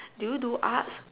do you do Arts